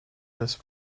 des